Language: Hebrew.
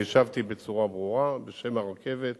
אני השבתי בצורה ברורה בשם הרכבת,